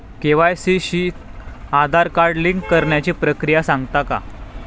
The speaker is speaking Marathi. के.वाय.सी शी आधार कार्ड लिंक करण्याची प्रक्रिया सांगता का?